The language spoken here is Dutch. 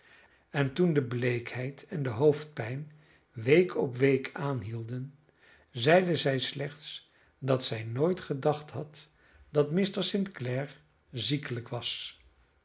en toen de bleekheid en de hoofdpijn week op week aanhielden zeide zij slechts dat zij nooit gedacht had dat mr st clare ziekelijk was